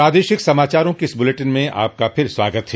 पादेशिक समाचारों के इस बुलेटिन में आपका फिर से स्वागत है